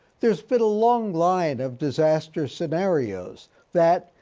there's been a long line of disaster scenarios that,